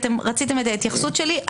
כי אתם רציתם את ההתייחסות שלי.